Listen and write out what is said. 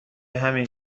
همین